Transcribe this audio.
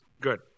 Good